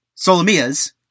Solomia's